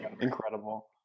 Incredible